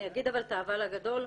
אני אגיד את האבל הגדול,